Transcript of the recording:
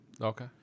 Okay